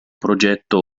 progetto